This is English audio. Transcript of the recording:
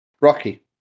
Rocky